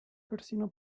persino